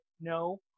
No